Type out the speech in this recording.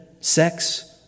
sex